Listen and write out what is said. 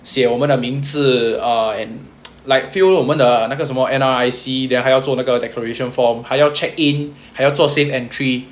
写我们的名字 uh and like fill 我们的那个什么 N_R_I_C then 还要做那个 declaration form 还要 check in 还要做 safe entry